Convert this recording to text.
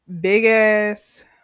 Big-ass